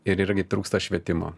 ir irgi trūksta švietimo